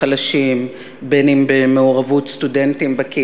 הח"כים החדשים וחשבתי מי יהיה בעל-ברית לכל מיני